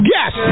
Yes